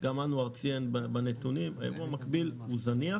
גם אנואר ציין בנתונים, הייבוא המקביל הוא זניח